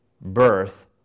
birth